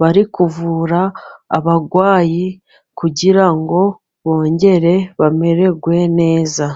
bari kuvura abarwayi kugira ngo bongere bamererwe neza.